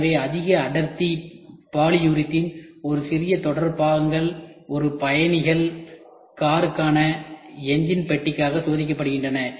எனவே அதிக அடர்த்தி பாலியூரிதீன் ஒரு சிறிய தொடர் பாகங்கள் ஒரு பயணிகள் காருக்கான என்ஜின் பெட்டிக்காக சோதிக்கப்படுகின்றன